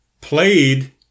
played